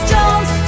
Jones